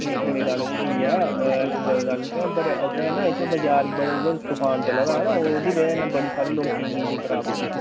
नेईं थुआढ़ी गल्ल स्हेई ऐ ऐसी कोई गल्ल निं ऐ पर असें नां इत्थै बजार बड़े उ'यै तूफान चला दा हा ना ओह्दी बजह् कन्नै बड़े सारे लोकें दी बिजली खराब होई दी